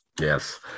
Yes